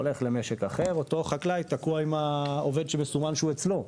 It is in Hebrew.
אבל אותו חקלאי בעצם תקוע עם מכסה של עובד שמסומן שנמצא אצלו.